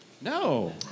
No